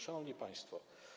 Szanowni Państwo!